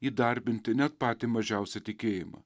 įdarbinti net patį mažiausią tikėjimą